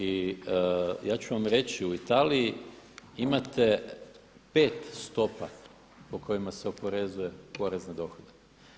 I ja ću vam reći u Italiji imate 5 stopa po kojima se oporezuje porez na dohodak.